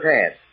hands